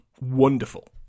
wonderful